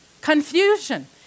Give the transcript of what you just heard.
Confusion